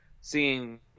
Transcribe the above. seeing